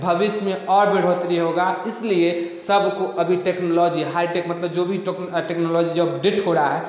भविष्य में और बढ़ोतरी होगा इसलिए सब को अभी टेक्नोलॉजी हाईटेक मतलब जो भी टोक टेक्नोलॉजी जो अपडेट हो रहा है